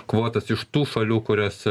kvotas iš tų šalių kurios